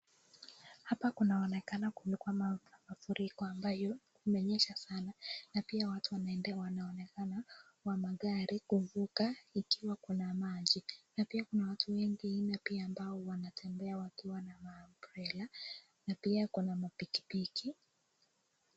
Hapa kunaonekana kulikuwa na mafuriko ambayo kumenyesha sana na pia watu wanaendelea wanaonekana wa magari kuvuka ikiwa kuna maji. Na pia kuna watu wengi hii na pia ambao wanatembea wakiwa na ma umbrella na pia kuna mapikipiki.